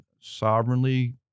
sovereignly